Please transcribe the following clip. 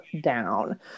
down